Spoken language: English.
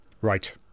Right